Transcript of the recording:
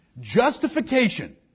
Justification